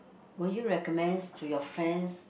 will you recommends to your friends